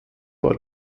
war